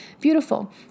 Beautiful